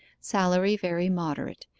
salary very moderate.